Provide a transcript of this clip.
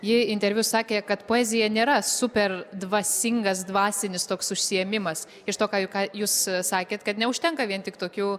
ji interviu sakė kad poezija nėra super dvasingas dvasinis toks užsiėmimas iš to ką juk ką jūs sakėt kad neužtenka vien tik tokių